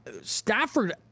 Stafford